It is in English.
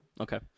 Okay